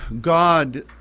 God